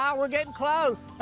um we're getting close.